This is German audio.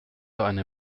eine